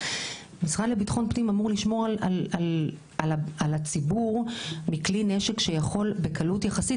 המשרד לביטחון הפנים אמור לשמור על הציבור מכלי נשק שיכול בקלות יחסית,